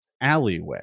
alleyway